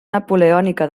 napoleònica